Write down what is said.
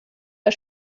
war